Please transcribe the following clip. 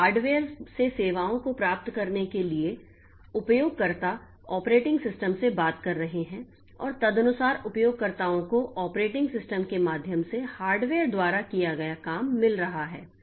तो हार्डवेयर से सेवाओं को प्राप्त करने के लिए उपयोगकर्ता ऑपरेटिंग सिस्टम से बात कर रहे हैं और तदनुसार उपयोगकर्ताओं को ऑपरेटिंग सिस्टम के माध्यम से हार्डवेयर द्वारा किया गया काम मिल रहा है